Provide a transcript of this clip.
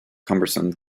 cumbersome